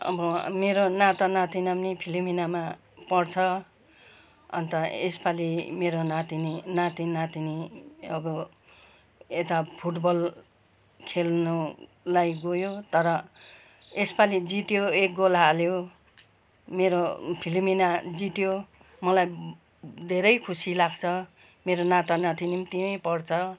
अब मेरो नातानातिना पनि फिलोमिनामा पढ्छ अन्त यसपालि मेरो नातिनी नाति नातिनी अब यता फुटबल खेल्नुलाई गयो तर यसपालि जित्यो एक गोल हाल्यो मेरो फिलोमिना जित्यो मलाई धेरै खुसी लाग्छ मेरो नातानातिनी पनि त्यहीँ पढ्छ